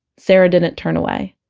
sarah didn't turn away.